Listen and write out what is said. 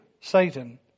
Satan